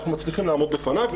אנחנו מצליחים לעמוד בפניו.